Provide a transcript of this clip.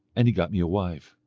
and he got me a wife,